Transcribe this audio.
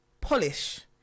polish